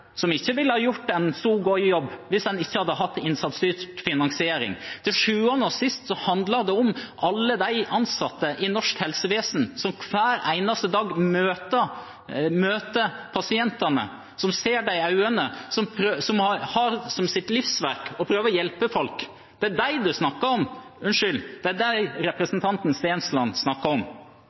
som ikke ville ha gjort en så god jobb hvis en ikke hadde hatt innsatsstyrt finansiering? Til sjuende og sist handler det om alle de ansatte i norsk helsevesen som hver eneste dag møter pasientene, som ser dem i øynene, som har som sitt livsverk å prøve å hjelpe folk. Det er dem representanten Stensland snakker om. Jeg forventer også svar når en sier, overordnet sett: Ja, men vi må jo ha incentiver, slik at det